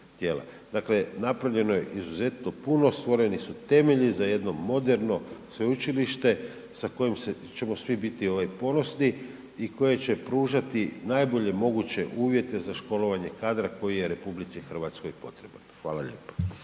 Dakle, napravljeno je izuzetno puno, stvoreni su temelji za jedno moderno sveučilište sa kojim ćemo svi biti ovaj ponosni i koje će pružati najbolje moguće uvjete za školovanje kadra koji je RH potreban. Hvala lijepo.